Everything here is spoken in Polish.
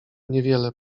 niewiele